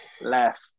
left